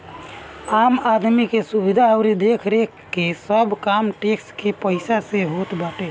आम आदमी के सुविधा अउरी देखरेख के सब काम टेक्स के पईसा से होत बाटे